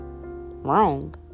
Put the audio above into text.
wrong